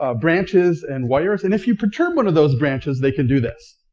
ah branches and wires, and if you perturb one of those branches, they can do this.